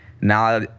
Now